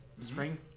spring